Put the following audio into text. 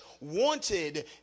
wanted